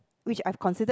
which I considered